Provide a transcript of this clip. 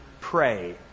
pray